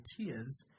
tears